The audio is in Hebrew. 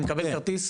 אני מקבל כרטיס?